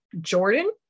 Jordan